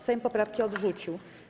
Sejm poprawki odrzucił.